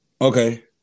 Okay